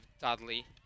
Dudley